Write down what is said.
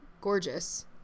gorgeous